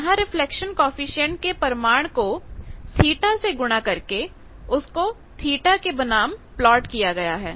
यहां reflection coefficient के परिमाण को थीटा से गुणा करके उसको थीटा के बनाम प्लॉट किया गया है